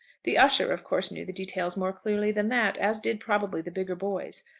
the usher of course knew the details more clearly than that as did probably the bigger boys.